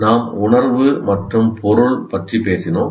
நாம் உணர்வு மற்றும் பொருள் பற்றி பேசினோம்